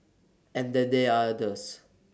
and then there're others